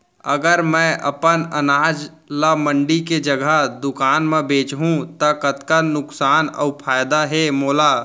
अगर मैं अपन अनाज ला मंडी के जगह दुकान म बेचहूँ त कतका नुकसान अऊ फायदा हे मोला?